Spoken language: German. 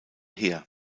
heer